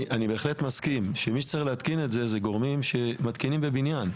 אני בהחלט מסכים שמי שצריך להתקין את זה אלה גורמים שמתקינים בבניין,